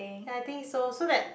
ya I think so so that